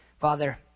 Father